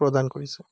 প্ৰদান কৰিছে